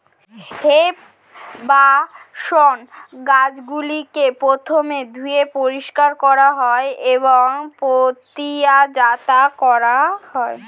hemp বা শণ গাছগুলিকে প্রথমে ধুয়ে পরিষ্কার করা হয় এবং প্রক্রিয়াজাত করা হয়